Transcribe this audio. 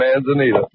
manzanita